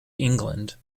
england